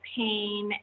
pain